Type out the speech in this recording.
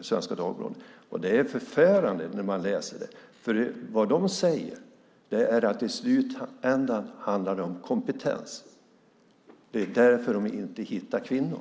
Svenska Dagbladet. Det är förfärande att läsa. De säger att det i slutändan handlar om kompetens. Det är därför de inte hittar kvinnor.